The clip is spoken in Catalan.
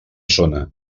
zona